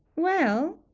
well!